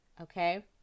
Okay